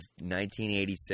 1986